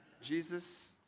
Jesus